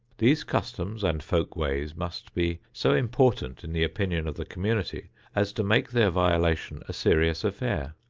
these customs and folk-ways must be so important in the opinion of the community as to make their violation a serious affair.